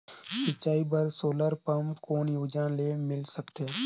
सिंचाई बर solar pump कौन योजना ले मिल सकथे?